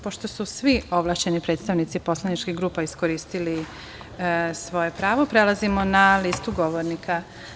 Pošto su svi ovlašćeni predstavnici poslaničkih grupa iskoristili svoje pravo, prelazimo na listu govornika.